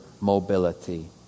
mobility